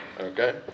Okay